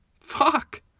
Fuck